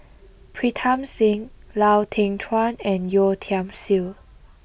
Pritam Singh Lau Teng Chuan and Yeo Tiam Siew